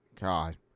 God